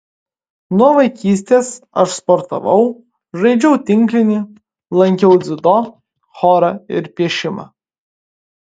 nuo vaikystės aš sportavau žaidžiau tinklinį lankiau dziudo chorą ir piešimą